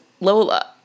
Lola